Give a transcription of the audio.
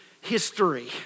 history